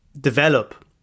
develop